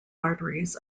arteries